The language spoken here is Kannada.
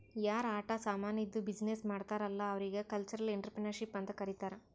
ಯಾರ್ ಆಟ ಸಾಮಾನಿದ್ದು ಬಿಸಿನ್ನೆಸ್ ಮಾಡ್ತಾರ್ ಅಲ್ಲಾ ಅವ್ರಿಗ ಕಲ್ಚರಲ್ ಇಂಟ್ರಪ್ರಿನರ್ಶಿಪ್ ಅಂತ್ ಕರಿತಾರ್